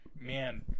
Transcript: man